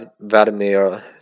Vladimir